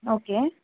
okay